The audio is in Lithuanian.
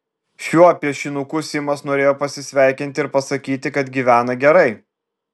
šiuo piešinuku simas norėjo pasisveikinti ir pasakyti kad gyvena gerai